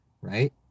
right